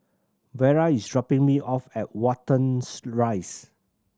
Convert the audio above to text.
Vara is dropping me off at Wattens Rise